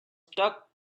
struck